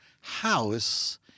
house